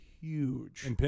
huge